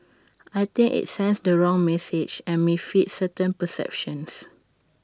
I think IT sends the wrong message and may feed certain perceptions